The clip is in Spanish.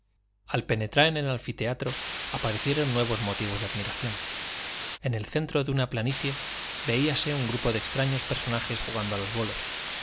al penetrar en el anfiteatro aparecieron nuevos motivos de admiración en el centro de una planicie veíase un grupo de extraños personajes jugando a los bolos